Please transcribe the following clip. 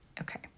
Okay